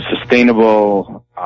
sustainable